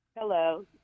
Hello